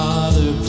Father